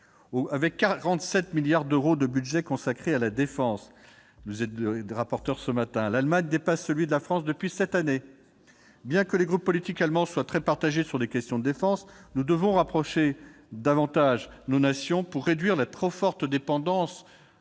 Avec 47 milliards d'euros, le budget de la défense de l'Allemagne dépasse celui de la France depuis cette année. Bien que les groupes politiques allemands soient très partagés sur les questions de défense, nous devons rapprocher davantage nos nations pour réduire la trop forte dépendance